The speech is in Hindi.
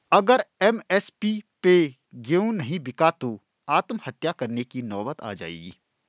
अगर एम.एस.पी पे गेंहू नहीं बिका तो आत्महत्या करने की नौबत आ जाएगी